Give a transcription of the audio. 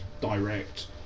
direct